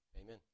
Amen